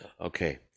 okay